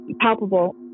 palpable